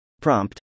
Prompt